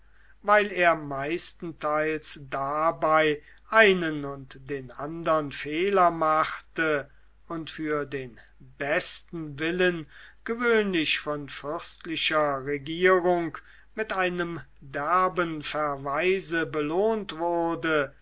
weil er meistenteils dabei einen und den andern fehler machte und für den besten willen gewöhnlich von fürstlicher regierung mit einem zu derben verweise belohnt wurde